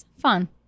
Fun